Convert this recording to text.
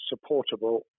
supportable